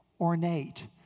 ornate